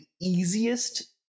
easiest